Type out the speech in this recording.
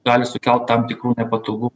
gali sukelt tam tikrų nepatogu